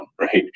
right